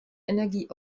energie